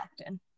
often